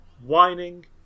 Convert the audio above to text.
whining